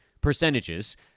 percentages